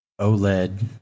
OLED